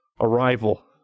arrival